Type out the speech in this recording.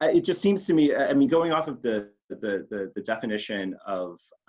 ah it just seems to me i mean going off of the the the definition of